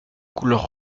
couleur